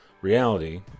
reality